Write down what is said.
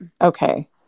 okay